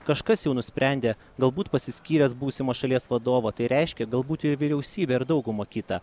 kažkas jau nusprendė galbūt pasiskyręs būsimą šalies vadovą tai reiškia galbūt ir vyriausybę ir daugumą kitą